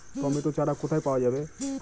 Tomato চারা কোথায় পাওয়া যাবে?